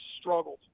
struggled